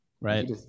Right